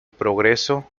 progreso